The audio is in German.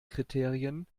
kriterien